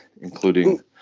including